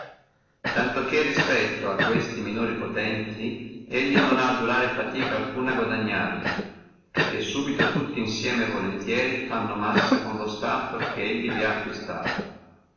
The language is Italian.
tanto che respetto a questi minori potenti lui non ha a durare fatica alcuna a guadagnarli perché subito tutti insieme fanno uno globo col suo stato che lui vi ha acquistato